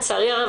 לצערי הרב,